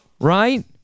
right